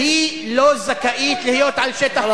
היא לא זכאית להיות על שטח כבוש,